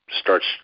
starts